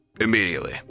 immediately